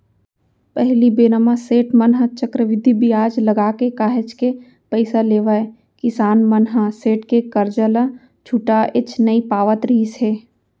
पहिली बेरा म सेठ मन ह चक्रबृद्धि बियाज लगाके काहेच के पइसा लेवय किसान मन ह सेठ के करजा ल छुटाएच नइ पावत रिहिस हे